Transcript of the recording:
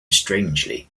strangely